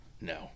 No